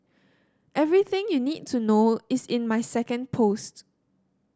everything you need to know is in my second post